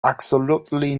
absolutely